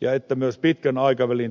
ja että myös pitkän aikavälin tutkimusta tulee tehdä